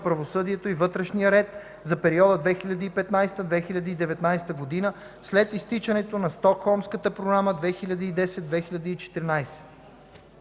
правосъдието и вътрешния ред за периода 2015-2019 г., след изтичането на Стокхолмската програма 2010-2014